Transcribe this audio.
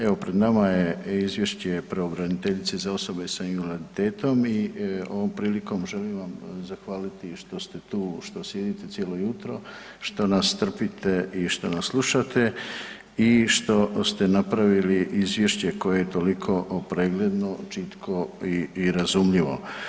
Evo, pred nama je izvješće pravobraniteljice za osobe s invaliditetom i ovo prilikom želim vam zahvaliti što ste tu, što sjedite cijelo jutro, što nas trpite i što nas slušate i što ste napravili izvješće koje je toliko pregledno, čitko i razumljivo.